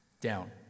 down